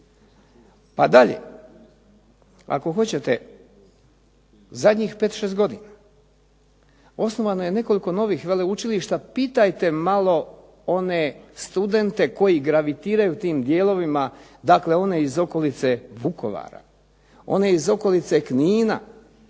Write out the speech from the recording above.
Dalje, ako hoćete zadnjih 5, 6 godina osnovano je nekoliko novih veleučilišta pitajte malo one studente koji gravitiraju tim dijelovima dakle one iz okolice Vukovara, one iz okolice Knina,